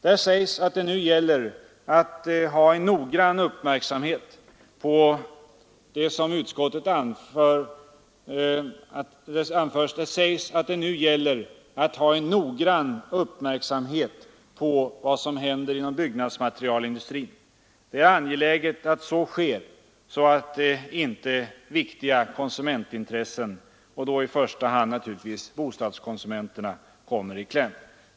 Där sägs att det nu gäller att ha en noggrann uppmärksamhet på vad som händer inom byggnadsmaterialindustrin. Det är angeläget att så sker för att inte viktiga konsumentintressen — i första hand bostadskonsumenternas — skall komma i kläm.